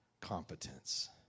competence